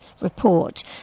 report